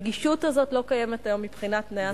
והנגישות הזאת לא קיימת היום מבחינת תנאי ההעסקה.